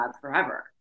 forever